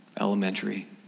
elementary